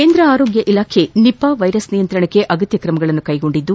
ಕೇಂದ್ರ ಆರೋಗ್ಯ ಇಲಾಖೆ ನಿಫಾ ವೈರಸ್ ನಿಯಂತ್ರಣಕ್ಕೆ ಅಗತ್ಯ ಕ್ರಮಗಳನ್ನು ಕೈಗೊಂಡಿದ್ದು